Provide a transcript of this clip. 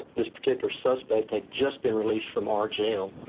this particular suspect had just been released from our jail